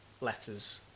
letters